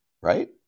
right